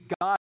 God